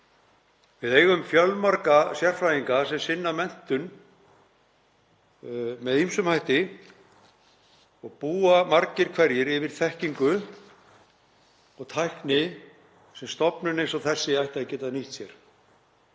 Við eigum fjölmarga sérfræðinga sem sinna menntun með ýmsum hætti og búa margir hverjir yfir þekkingu og tækni sem stofnun eins og þessi ætti að geta nýtt sér.